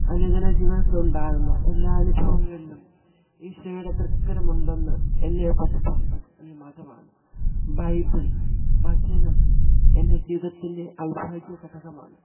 അനുദിന ജീവിതത്തിലുണ്ടാകുന്ന എല്ലാ അനുഭവങ്ങളിലും ഈശോയുടെ തൃക്കരമുണ്ടെന്ന് എന്നെ പഠിപ്പിച്ചതും ഈ മതമാണ് ബൈബിൾ വചനം എൻ്റെ ജീവിതത്തിൻ്റെ അവിഭാജ്യ ഘടകമാണ്